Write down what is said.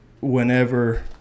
whenever